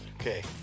Okay